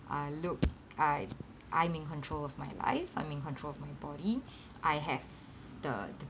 uh look I I'm in control of my life I'm in control of my body I have the